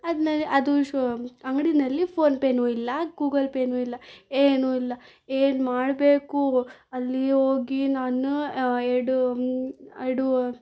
ಅದ್ನಲ್ಲಿ ಅದು ಶೊ ಅಂಗಡಿನಲ್ಲಿ ಫೋನ್ಪೇನೂ ಇಲ್ಲ ಗೂಗಲ್ ಪೇನೂ ಇಲ್ಲ ಏನೂ ಇಲ್ಲ ಏನು ಮಾಡಬೇಕು ಅಲ್ಲಿ ಹೋಗಿ ನಾನು ಎರಡು ಎರಡು